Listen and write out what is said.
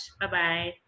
Bye-bye